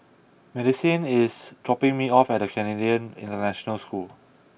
Madisyn is dropping me off at Canadian International School